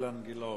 אילן גילאון.